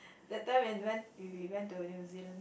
that time when went we went to New Zealand